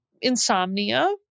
insomnia